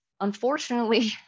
Unfortunately